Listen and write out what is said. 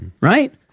Right